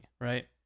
right